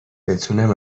بتونم